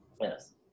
Yes